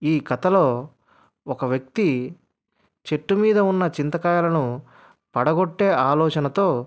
ఈ కథలో ఒక వ్యక్తి చెట్టు మీద ఉన్న చింతకాయాలను పడగొట్టే ఆలోచనతో